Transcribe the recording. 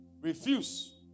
Refuse